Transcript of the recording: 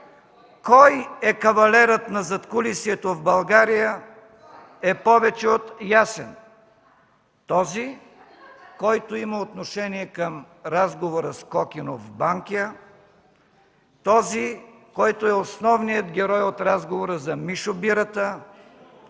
кой е кавалерът на задкулисието в България е повече от ясен. Този, който има отношение към разговора с Кокинов в Банкя, този, който е основният герой от разговора за Мишо Бирата,